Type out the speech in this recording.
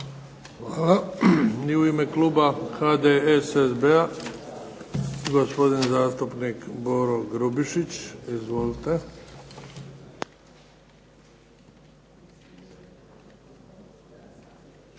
Hvala. I u ime kluba HDSSB-a gospodin zastupnik Boro Grubišić. Izvolite.